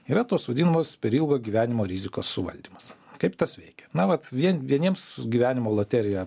yra tos vadinamos per ilgo gyvenimo rizikos suvaldymas kaip tas veikia na vat vien vieniems gyvenimo loterija